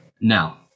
Now